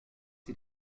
sie